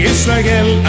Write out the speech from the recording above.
Israel